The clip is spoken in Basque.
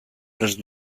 prest